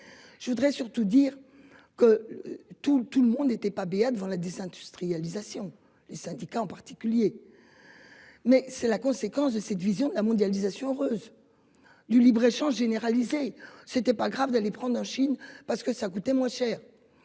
Je voudrais surtout dire que tout, tout le monde n'était pas béat devant la désindustrialisation. Les syndicats en particulier. Mais c'est la conséquence de cette vision de la mondialisation heureuse. Du libre-échange généralisé c'était pas grave de les prendre en Chine. Parce que ça coûtait moins cher.